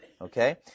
okay